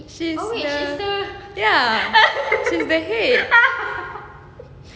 she is the ya she is the head